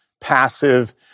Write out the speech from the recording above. passive